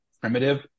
primitive